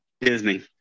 Disney